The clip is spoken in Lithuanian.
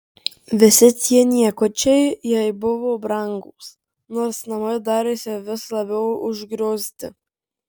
visi tie niekučiai jai buvo brangūs nors namai darėsi vis labiau užgriozti